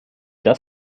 das